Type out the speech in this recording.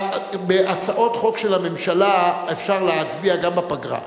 בהצעות חוק של הממשלה אפשר להצביע גם בפגרה.